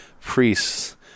priests